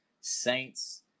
Saints